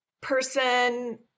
person